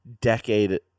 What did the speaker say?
decade